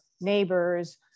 neighbors